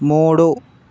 మూడు